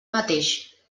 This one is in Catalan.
mateix